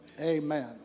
Amen